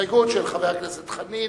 של חבר הכנסת חנין,